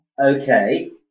Okay